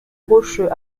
rocheux